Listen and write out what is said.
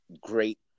great